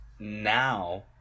now